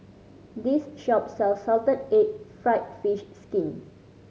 this shop sells salted egg fried fish skin